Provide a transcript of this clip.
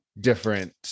different